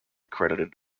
credited